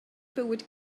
bywyd